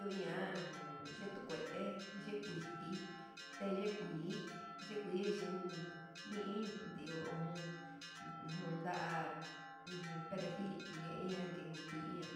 Nduian ujun chitukue ye kuiji ye kuii yekuiyo chin ni iin n dio jun, jun nda perejil nguian ngue ngu kuii ña